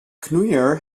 knoeier